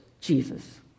Jesus